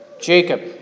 Jacob